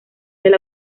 del